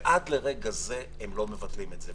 ועד לרגע זה הם לא מבטלים את זה.